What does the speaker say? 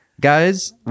guys